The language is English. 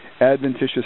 adventitious